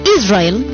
Israel